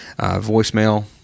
Voicemail